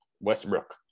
Westbrook